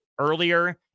earlier